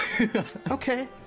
Okay